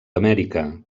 amèrica